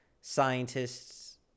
scientist's